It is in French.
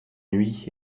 nuits